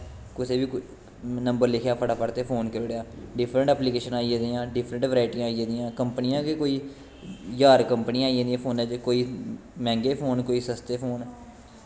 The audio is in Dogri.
नंबर लिखेआ कुसे ते फटा फट फोन करी ओड़ेआ डिफरैंट ऐपलिकेशन आई गेदियां डिफरैंट बराईटियां आई गेदियां कंपनियां गै कोई ज्हार कंपनियां आई गेदियां फोनैं च मैंह्गे फोन कोई सस्ते फोन